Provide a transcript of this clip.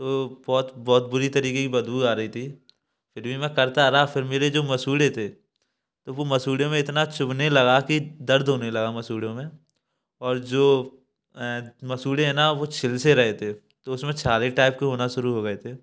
तो बहुत बहुत बुरी तरीके की बदबू आ रही थी फिर भी मैं करता रहा फिर मेरे जो मसूड़े थे तो वो मसूड़ों में इतना चुभने लगा कि दर्द होने लगा मसूड़ो में और जो अ मसूड़े हैं ना वो छिल से रहे थे तो उसमें छाले टाइप के होना शुरू हो गए थे